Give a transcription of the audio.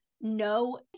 no